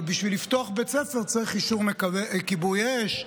אבל בשביל לפתוח בית ספר צריך אישור כיבוי אש,